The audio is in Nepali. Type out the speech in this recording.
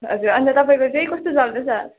हजुर अन्त तपाईँको चाहिँ कस्तो चल्दैछ